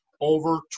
over